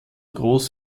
groß